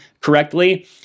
correctly